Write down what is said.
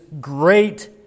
great